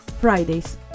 Fridays